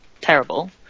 terrible